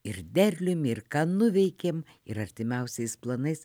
ir derlium ir ką nuveikėm ir artimiausiais planais